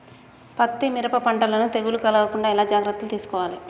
పత్తి మిరప పంటలను తెగులు కలగకుండా ఎలా జాగ్రత్తలు తీసుకోవాలి?